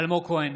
אלמוג כהן,